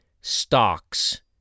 stocks